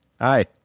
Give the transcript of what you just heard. Hi